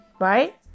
right